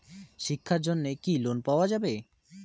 শিক্ষার জন্যে কি কোনো লোন পাওয়া যাবে?